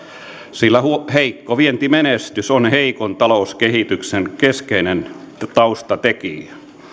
sillä heikko vientimenestys on heikon talouskehityksen keskeinen taustatekijä